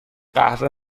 قهوه